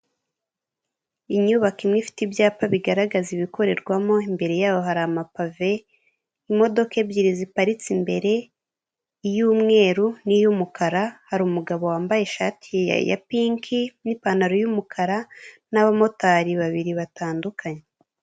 Inyubako imwe ifite ibyapa bigaragaza ibikorerwamo, imbere yaho hari amapave, imodoka ebyiri ziparitse imbere iy'umweru n'iyumukara, hari umugabo wambaye ishati ya pinki n'ipantaro y'umukara n'abamotari babiri batandukanye.